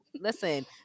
Listen